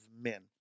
men